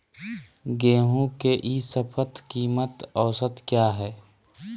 गेंहू के ई शपथ कीमत औसत क्या है?